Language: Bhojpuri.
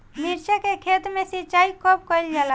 मिर्चा के खेत में सिचाई कब कइल जाला?